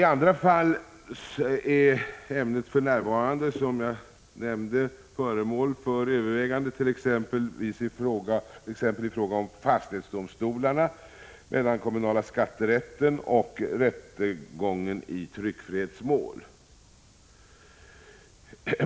I andra fall är ämnet, som jag nämnde, för närvarande föremål för överväganden, exempelvis i fråga om fastighetsdomstolarna, mellankommunala skatterätten och rättegången i tryckfrihetsmål.